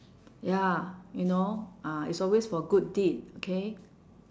ya you know uh it's always for good deed okay